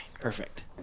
perfect